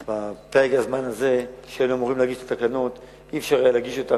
בפרק הזמן הזה שהיינו אמורים להגיש את התקנות לא היה אפשר להגיש אותן,